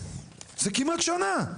זה כמעט שנה.